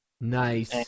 nice